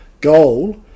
goal